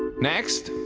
next.